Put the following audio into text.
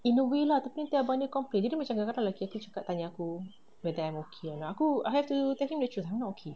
in a way lah tapi nanti abang dia complain nanti macam kadang-kadang laki aku cakap tanya aku whether I'm okay or not aku I have to tell him the truth ah I'm not okay